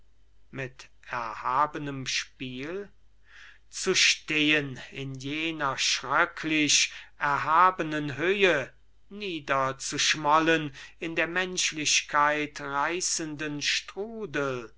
mit erhabenem spiel zu stehen in jener schröcklich erhabenen höhe niederzuschmollen in der menschlichkeit reißenden strudel